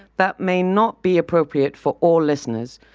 that may not be appropriate for all listeners.